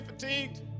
fatigued